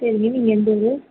சரிங்க நீங்கள் எந்த ஊர்